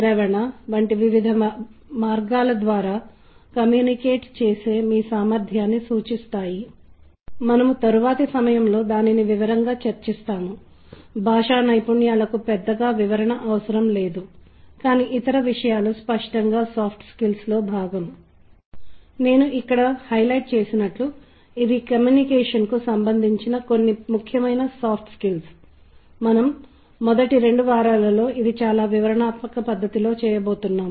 శ్రవణ అవగాహన మీరు దీని ప్రమేయం ఉన్న యంత్రాంగాన్ని చూస్తున్నట్లయితే కంపనాలను గుర్తించడం ద్వారా శబ్దాలను వినగల సామర్థ్యం మీరు నరాల ప్రేరణను ఉత్పత్తి చేసే చెవిని కలిగి ఉంటారు మరియు ఇది మెదడు యొక్క తాత్కాలిక వైపున ఉన్న ప్రాధమిక శ్రవణ వల్కలం ద్వారా సంగ్రహించబడుతుంది శబ్దాలు సాధారణంగా ధ్వని మూలం గురించి ఆలోచించేలా చేస్తాయి